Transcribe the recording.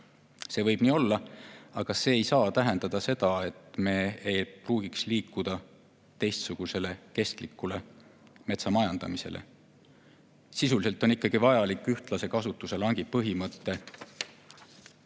See võib nii olla, aga see ei saa tähendada seda, et me ei pruugiks liikuda teistsuguse, kestliku metsamajandamise poole. Sisuliselt on ikkagi vaja juurutada ühtlase kasutuse langi põhimõte